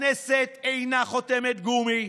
הכנסת אינה חותמת גומי,